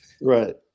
Right